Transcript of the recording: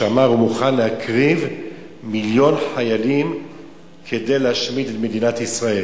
אמר שהוא מוכן להקריב מיליון חיילים כדי להשמיד את מדינת ישראל.